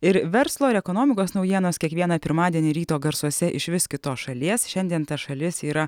ir verslo ir ekonomikos naujienos kiekvieną pirmadienį ryto garsuose iš vis kitos šalies šiandien ta šalis yra